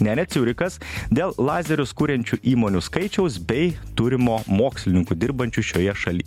ne ne ciūrichas dėl lazerius kuriančių įmonių skaičiaus bei turimo mokslininkų dirbančių šioje šaly